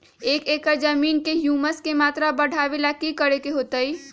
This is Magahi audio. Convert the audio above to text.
एक एकड़ जमीन में ह्यूमस के मात्रा बढ़ावे ला की करे के होतई?